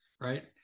Right